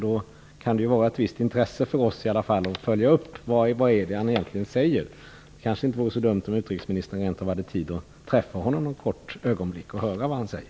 Då kan det vara ett visst intresse för oss att följa upp vad han egentligen säger. Det kanske inte vore så dumt om utrikesministern tog sig tid att träffa honom för att höra vad han har att säga.